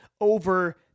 over